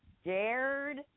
scared